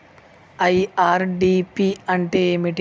IRDP అంటే ఏమిటి?